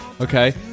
Okay